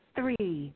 Three